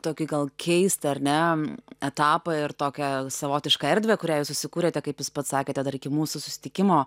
tokį gal keistą ar ne etapą ir tokią savotišką erdvę kurią jūs susikūrėte kaip jūs pats sakėte dar iki mūsų susitikimo